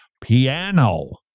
Piano